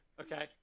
okay